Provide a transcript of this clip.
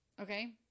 Okay